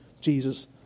Jesus